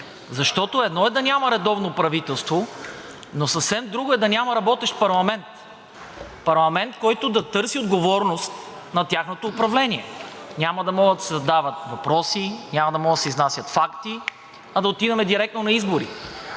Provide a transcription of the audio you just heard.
защото едно е да няма редовно правителство, но съвсем друго е да няма работещ парламент. Парламент, който да търси отговорност на тяхното управление – няма да могат да се задават въпроси, няма да могат да се изнасят факти, а да отиваме директно на избори.